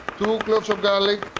two cloves of garlic,